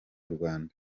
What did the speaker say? rwanda